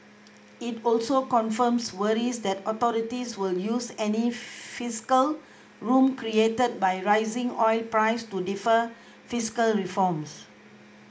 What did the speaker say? it also confirms worries that authorities will use any fiscal room created by rising oil prices to defer fiscal reforms